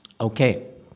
Okay